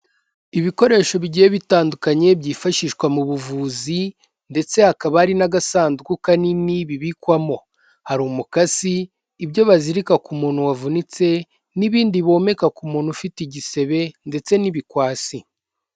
Ibikoresho bigiye bitandukanye byifashishwa mu buvuzi ndetse hakaba ari n'agasanduku kanini bibikwamo, hari umukasi, ibyo bazirika ku muntu wavunitse n'ibindi bomeka ku muntu ufite igisebe ndetse n'ibikwasi.